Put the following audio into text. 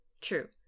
true